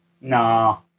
No